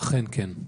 אכן כן.